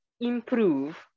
improve